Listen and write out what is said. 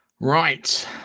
Right